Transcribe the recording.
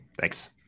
thanks